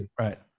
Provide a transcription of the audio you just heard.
right